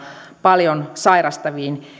paljon sairastaviin